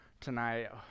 tonight